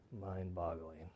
mind-boggling